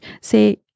say